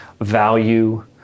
value